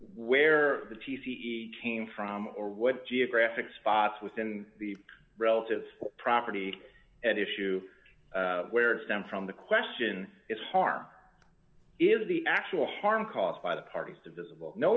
where the t c e came from or what geographic spots within the relative property and issue where it stems from the question is harm is the actual harm caused by the parties to visible no